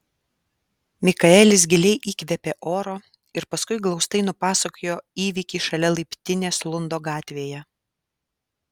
mikaelis giliai įkvėpė oro ir paskui glaustai nupasakojo įvykį šalia laiptinės lundo gatvėje